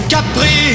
Capri